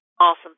Awesome